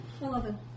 Eleven